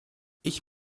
ich